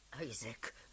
Isaac